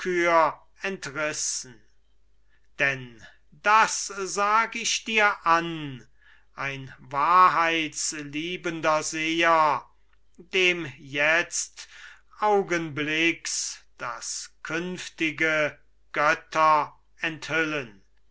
entrissen denn das sag ich dir an ein wahrheitsliebender seher dem jetzt augenblicks das künftige götter enthüllen